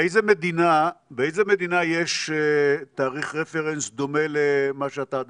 באיזה מדינה יש תאריך רפרנס דומה למה שאתה דיברת?